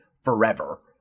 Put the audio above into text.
forever